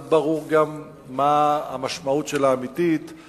לא ברור גם מה המשמעות האמיתית שלה,